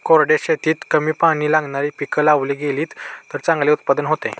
कोरड्या शेतीत कमी पाणी लागणारी पिकं लावली गेलीत तर चांगले उत्पादन होते